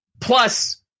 plus